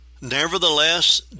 Nevertheless